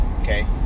okay